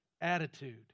attitude